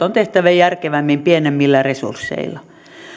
on tehtävä järkevämmin pienemmillä resursseilla